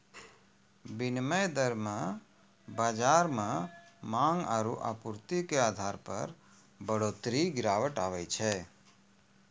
विनिमय दर मे बाजार मे मांग आरू आपूर्ति के आधार पर बढ़ोतरी गिरावट आवै छै